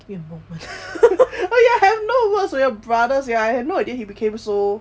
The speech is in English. oh ya I have no words for your brother sia I've no idea he became so